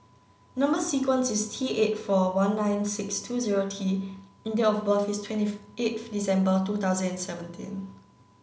number sequence is T eight four one nine six two zero T and date of birth is twenty eighth December two thousand and seventeen